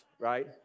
right